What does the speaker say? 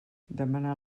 demanar